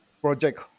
project